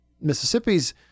Mississippi's